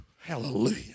Hallelujah